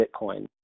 Bitcoin